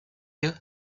you